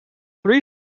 three